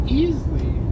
easily